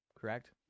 Correct